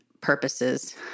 purposes